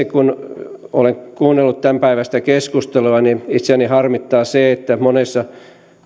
kun olen kuunnellut tämänpäiväistä keskustelua harmittaa se että monissa